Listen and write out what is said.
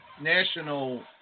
national